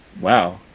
wow